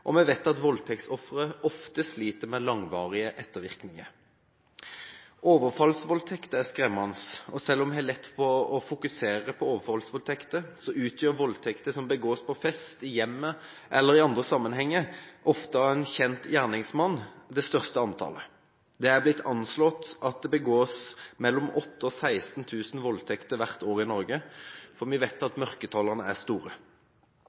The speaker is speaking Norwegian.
og vi vet at voldtektsofre ofte sliter med langvarige ettervirkninger. Overfallsvoldtekter er skremmende, og selv om det er lett å fokusere på overfallsvoldtekter, utgjør voldtekter som begås på fest, i hjemmet eller i andre sammenhenger, ofte av en kjent gjerningsmann, det største antallet. Det har blitt anslått at det begås mellom 8 000 og 16 000 voldtekter i Norge hvert år, og vi vet at mørketallene er store.